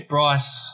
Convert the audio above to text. Bryce